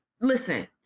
listen